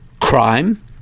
Crime